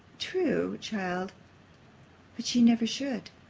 true, child but she never should.